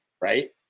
right